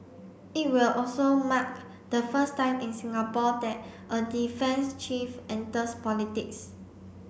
it will also mark the first time in Singapore that a defence chief enters politics